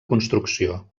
construcció